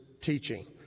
teaching